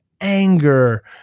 anger